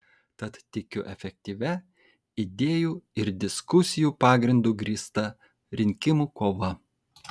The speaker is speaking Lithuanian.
tad tikiu efektyvia idėjų ir diskusijų pagrindu grįsta rinkimų kova